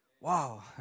wow